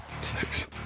six